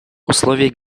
условия